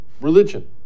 religion